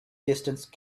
distance